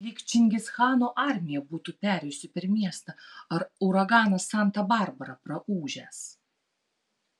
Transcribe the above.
lyg čingischano armija būtų perėjusi per miestą ar uraganas santa barbara praūžęs